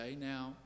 now